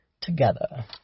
together